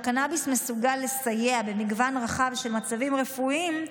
אם הקנביס מסוגל לסייע במגוון רחב של מצבים רפואיים,